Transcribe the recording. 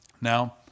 Now